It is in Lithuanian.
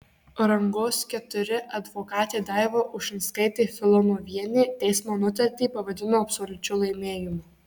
rangos iv advokatė daiva ušinskaitė filonovienė teismo nutartį pavadino absoliučiu laimėjimu